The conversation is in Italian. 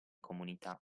comunità